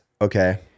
Okay